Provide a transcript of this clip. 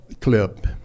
Clip